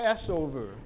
Passover